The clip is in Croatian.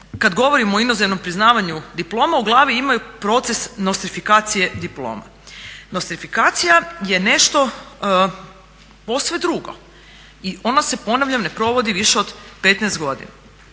kada govorimo o inozemnom priznavanju diploma u glavi imaju proces nostrifikacije diploma. Nostrifikacija je nešto posve drugo i ona se ponavljam ne provodi više od 15 godina.